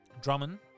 Drummond